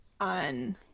on